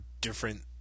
different